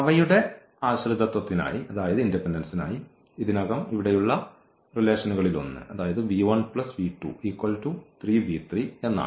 അവയുടെ ആശ്രിതത്വത്തിനായി ഇതിനകം ഇവിടെയുള്ള ബന്ധങ്ങളിലൊന്ന് എന്നാണ്